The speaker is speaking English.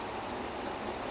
ya it's that [one]